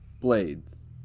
blades